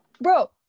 Bro